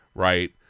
right